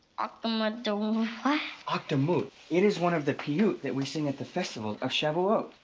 akdumadoo what? akdamut. it is one of the piyut that we sing at the festival of shavuot.